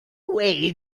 away